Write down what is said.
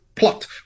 plot